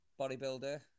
bodybuilder